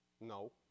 no